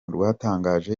rwatangaje